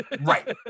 right